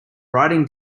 riding